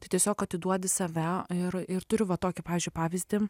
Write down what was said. tai tiesiog atiduodi save ir ir turiu va tokį pavyzdžiui pavyzdį